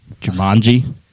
Jumanji